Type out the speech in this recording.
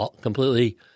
completely